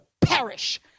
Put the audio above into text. perish